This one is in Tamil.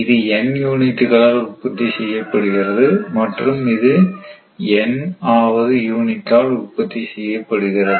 இது N யூனிட்டுகளால் உற்பத்தி செய்யப்படுகிறது மற்றும் இது N ஆவது யூனிட் ஆல் உற்பத்தி செய்யப்படுகிறது